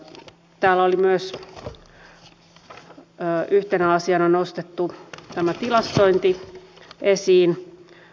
täällä oli yhtenä asiana nostettu myös tämä tilastointi esiin